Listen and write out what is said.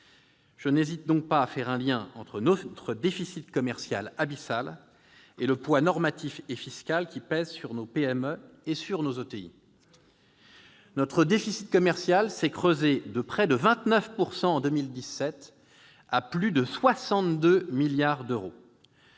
Je n'hésite pas à faire un lien entre notre déficit commercial abyssal et le poids normatif et fiscal qui pèse sur nos PME et ETI. Très bien ! Notre déficit commercial s'est creusé de près de 29 % en 2017, à plus de 62 milliards d'euros.